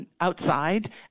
outside